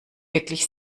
wirklich